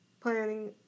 planning